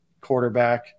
quarterback